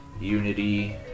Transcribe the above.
Unity